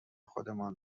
خودمان